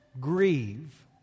grieve